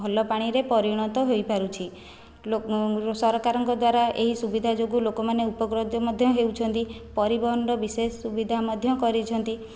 ଭଲ ପାଣିରେ ପରିଣତ ହେଇପାରୁଛି ଲୋକଙ୍କ ସରକାରଙ୍କ ଦ୍ଵାରା ଏହି ସୁବିଧା ଯୋଗୁଁ ଲୋକମାନେ ଉପକୃତ ମଧ୍ୟ ହେଉଛନ୍ତି ପରିବହନର ବିଶେଷ ସୁବିଧା ମଧ୍ୟ କରିଛନ୍ତି